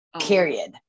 period